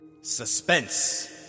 suspense